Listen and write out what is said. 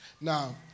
Now